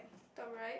top right